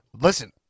listen –